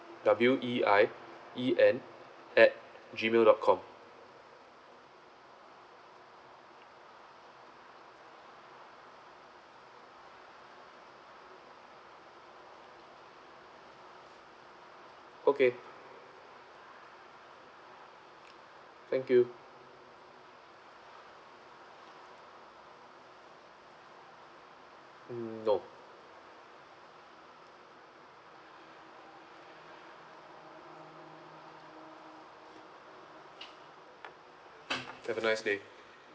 W E I E N at gmail dot com okay thank you mm no have a nice day